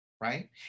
right